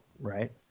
right